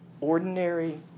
Ordinary